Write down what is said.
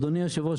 אדוני היושב ראש,